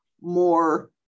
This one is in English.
more